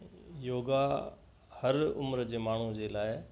योगा हर उमर जे माण्हू जे लाइ